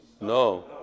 No